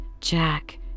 Jack